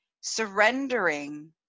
surrendering